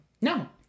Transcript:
No